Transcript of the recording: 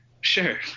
sure